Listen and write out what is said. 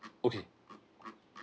okay